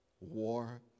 war